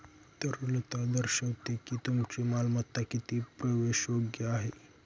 तरलता दर्शवते की तुमची मालमत्ता किती प्रवेशयोग्य आहे